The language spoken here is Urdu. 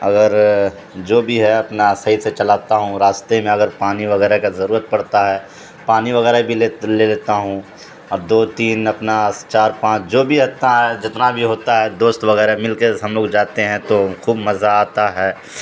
اگر جو بھی ہے اپنا صحیح سے چلاتا ہوں راستے میں اگر پانی وغیرہ کا ضرورت پڑتا ہے پانی وغیرہ بھی لے لیتا ہوں اور دو تین اپنا چار پانچ جو بھی عتا ہے جتنا بھی ہوتا ہے دوست وغیرہ مل کے ہم لوگ جاتے ہیں تو خوب مزہ آتا ہے